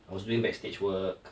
I was doing backstage work